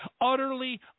utterly